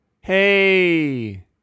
hey